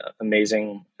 amazing